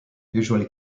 usually